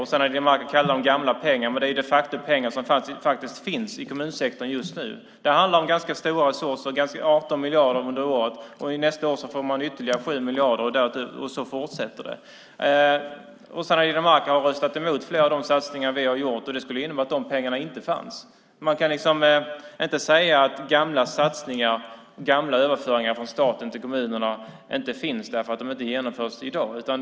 Rossana Dinamarca kallar det gamla pengar, men det är de facto pengar som finns i kommunsektorn just nu. Det handlar om ganska stora resurser: 18 miljarder under året och ytterligare 7 miljarder nästa år. Så fortsätter det. Rossana Dinamarca har röstat emot flera av de satsningar vi har gjort, och det innebär att de pengarna inte skulle ha funnits. Man kan inte säga att gamla satsningar och gamla överföringar från staten till kommunerna inte finns därför att de inte genomförs i dag.